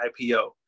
IPO